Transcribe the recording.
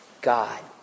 God